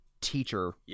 teacher